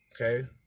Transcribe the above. Okay